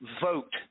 vote